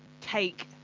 take